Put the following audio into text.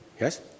Yes